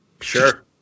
Sure